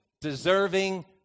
deserving